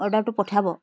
অৰ্ডাৰটো পঠাব